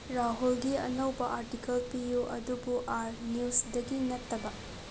ꯔꯥꯍꯨꯜꯒꯤ ꯑꯅꯧꯕ ꯑꯥꯔꯇꯤꯀꯜ ꯄꯤꯌꯨ ꯑꯗꯨꯕꯨ ꯑꯥꯔ ꯅ꯭ꯌꯨꯁꯗꯒꯤ ꯅꯠꯇꯕ